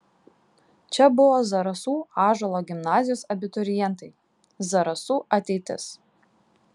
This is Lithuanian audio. čia buvo zarasų ąžuolo gimnazijos abiturientai zarasų ateitis